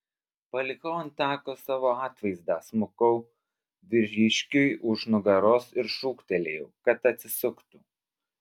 palikau ant tako savo atvaizdą smukau vyriškiui už nugaros ir šūktelėjau kad atsisuktų